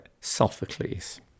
Sophocles